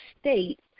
states